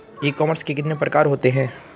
ई commerce के कितने प्रकार होते हैं?